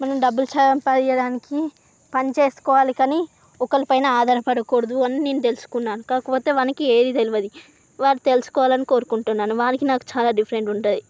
మనం డబ్బులు సంపాదియడానికి పని చేసుకోవాలి కానీ ఒకరిపైన ఆధారపడకూడదు అని నేను తెలుసుకున్నాను కాకపోతే వానికి ఏది తెలవదు వాడు తెలుసుకోవాలని కోరుకుంటున్నాను వాడికి నాకు చాలా డిఫరెంట్ ఉంటుంది